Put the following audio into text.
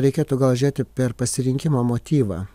reikėtų gal žiūrėti per pasirinkimo motyvą